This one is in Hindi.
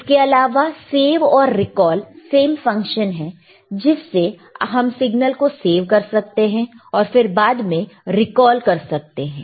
इसके अलावा सेव और रिकॉल सेम फंक्शन है जिस से हम सिग्नल को सेव कर सकते हैं और फिर बाद में उसे रिकॉल कर सकते हैं